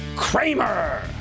Kramer